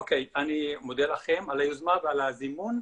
אוקיי, אני מודה לכם על היוזמה ועל הזימון.